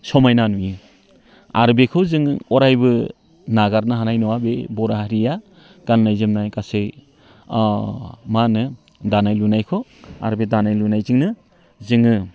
समायना नुयो आरो बेखौ जोङो अरायबो नागारनो हानाय नङा बे बर' हारिया गाननाय जोमनाय गासै मा होनो दानाय लुनायखौ आरो बे दानाय लुनायजोंनो जोङो